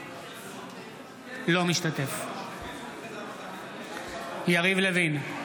אינו משתתף בהצבעה יריב לוין,